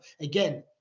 again